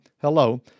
hello